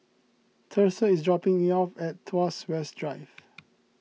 Thursa is dropping me off at Tuas West Drive